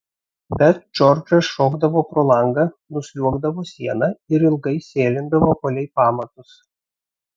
bet džordžas šokdavo pro langą nusliuogdavo siena ir ilgai sėlindavo palei pamatus